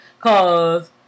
Cause